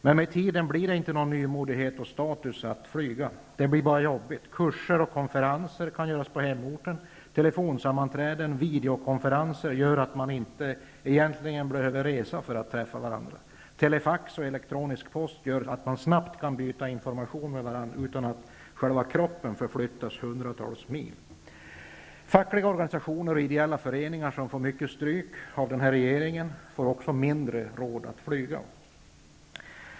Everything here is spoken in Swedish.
Men med tiden blir det inte någon nymodighet och status att flyga. Det blir bara jobbigt. Kurser och konferenser kan göras på hemorten. Telefonsammanträden och videokonferenser gör att man inte behöver resa för att träffa varandra. Telefax och elektronisk post gör att man snabbt kan byta information med varandra utan att kroppen flyttas hundratals mil. Fackliga organisationer och ideella föreningar, som får mycket stryk av den borgerliga regeringen, får mindre råd att flyga.